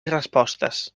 respostes